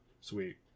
Sweet